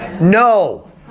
No